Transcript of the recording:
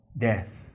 death